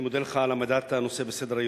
אני מודה לך על העמדת הנושא בסדר-היום,